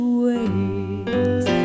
ways